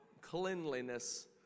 cleanliness